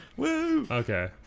Okay